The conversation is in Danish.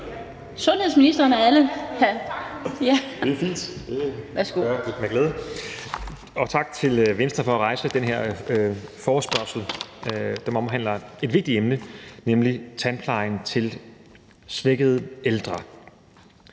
Sundhedsministeren (Magnus Heunicke): Det er fint, det gør jeg med glæde. Tak til Venstre for at rejse den her forespørgselsdebat, som omhandler et vigtigt emne, nemlig tandplejen til svækkede ældre.